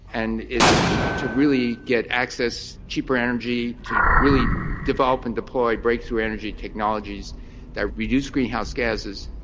and it's to really get access cheaper energy, to really develop and deploy breakthrough energy technologies that reduce greenhouse gases,